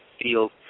field